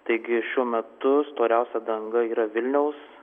taigi šiuo metu storiausia danga yra vilniaus